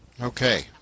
Okay